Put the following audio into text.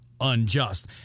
unjust